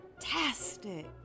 Fantastic